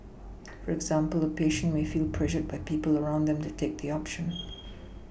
for example a patient may feel pressured by people around them to take the option